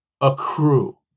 accrue